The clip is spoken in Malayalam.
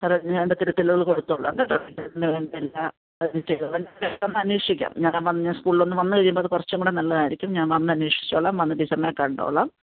പറഞ്ഞ് ഞാൻ എൻ്റെ തിരുത്തലുകൾ കൊടുത്തോളാം കേട്ടോ അതിനു വേണ്ട എല്ലാ കാര്യം ചെയ്തോളാം ഞാൻ ഇടയ്ക്ക് വന്ന് അന്വേഷിക്കാം ഞാനൊന്ന് സ്കൂളിലൊന്ന് വന്ന് കഴിയുമ്പോൾ അത് കുറച്ചുംകൂടെ നല്ലതായിരിക്കും ഞാൻ വന്ന് അന്വേഷിച്ചോളാം വന്ന് ടീച്ചറിനെ കണ്ടോളാം